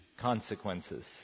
consequences